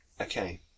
Okay